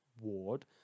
Ward